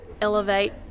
elevate